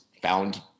found